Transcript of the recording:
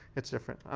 it's different.